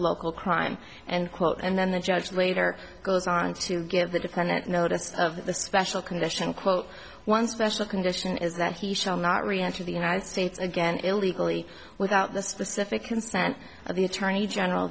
local crime and quote and then the judge later goes on to give the defendant notice of the special condition quote one special condition is that he shall not reenter the united states again illegally without the specific consent or the attorney general